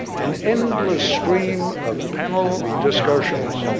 an endless stream of panel discussions,